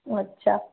अच्छा